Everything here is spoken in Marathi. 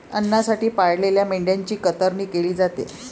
अन्नासाठी पाळलेल्या मेंढ्यांची कतरणी केली जाते